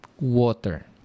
water